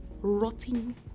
rotting